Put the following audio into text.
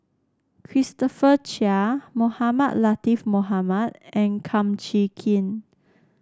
Christopher Chia Mohamed Latiff Mohamed and Kum Chee Kin